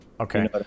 Okay